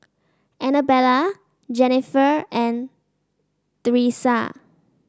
Annabella Jennifer and Thresa